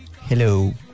hello